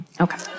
Okay